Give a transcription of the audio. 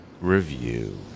review